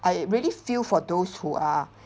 I really feel for those who are